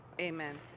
Amen